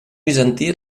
bizantí